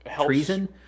Treason